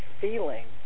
feeling